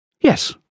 Yes